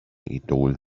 idol